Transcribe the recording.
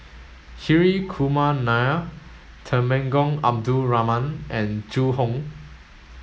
Hri Kumar Nair Temenggong Abdul Rahman and Zhu Hong